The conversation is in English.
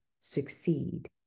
succeed